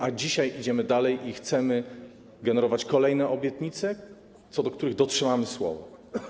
A dzisiaj idziemy dalej i chcemy generować kolejne obietnice, co do których dotrzymamy słowa.